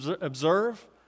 observe